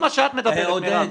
שטויות מה שאת מדברת מירב.